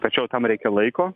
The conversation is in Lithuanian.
tačiau tam reikia laiko